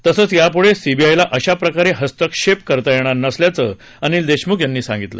तसंच यापुढे सीबीआयला अशा प्रकारे हस्तक्षेप करता येणार नसल्याचं अनिल देशमुखां यांनी सांगितलं